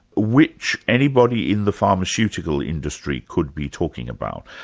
which anybody in the pharmaceutical industry could be talking about.